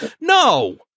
No